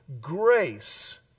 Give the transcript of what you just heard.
grace